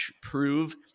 prove